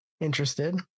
interested